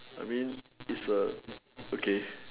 I mean it's a okay